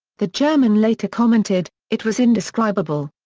the german later commented it was indescribable.